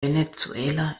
venezuela